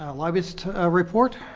lobbyist report.